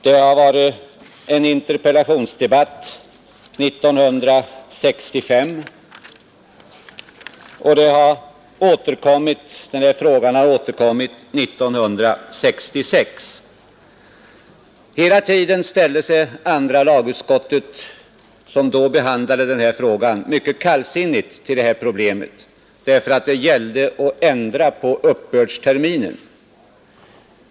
Det har varit en interpellationsdebatt 1965, och frågan har återkommit 1966. Hela tiden ställde sig andra lagutskottet, som då behandlade saken, mycket kallsinnigt till det här problemet därför att det gällde att ändra på uppbördsterminen.